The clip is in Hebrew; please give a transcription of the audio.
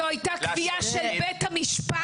זאת היתה כפייה של בית המשפט,